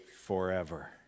forever